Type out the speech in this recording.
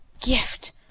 gift